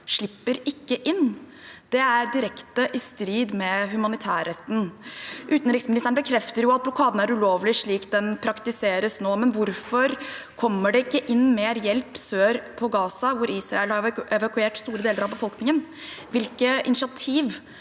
slipper ikke inn. Det er direkte i strid med humanitærretten. Utenriksministeren bekrefter jo at blokaden er ulovlig slik den praktiseres nå, men hvorfor kommer det ikke inn mer hjelp sør på Gaza, hvor Israel har evakuert store deler av befolkningen? Hvilke initiativ